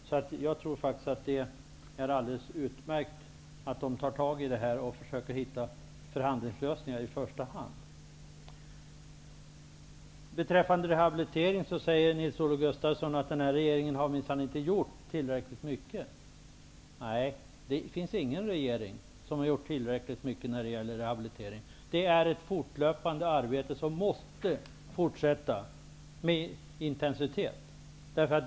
Det är utmärkt att de tar tag i detta och i första hand försöker komma fram till förhandlingslösningar. Beträffande rehabilitering säger Nils-Olof Gustafsson att regeringen minsann inte har gjort tillräckligt. Nej, ingen regering har gjort tillräckligt när det gäller rehabilitering. Det är ett fortlöpande arbete, som måste bedrivas med fortsatt intensitet.